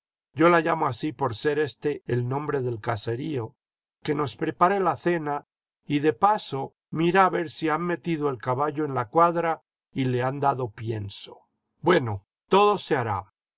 yo la llamo así por ser éste el nombre del caserío que nos prepare la cena y de paso mira a ver si han metido el caballo en la cuadra y le han dado pienso bueno todo se hará